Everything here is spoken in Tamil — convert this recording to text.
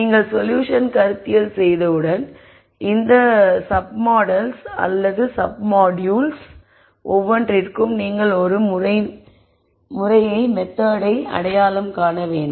நீங்கள் சொல்யூஷன் கருத்தியல் செய்தவுடன் இந்த ஒவ்வொரு sub models or sub modules ஒவ்வொன்றிற்கும் நீங்கள் ஒரு மெத்தெட் ஐ அடையாளம் காண வேண்டும்